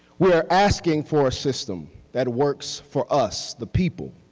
we are asking for a system that works for us, the people,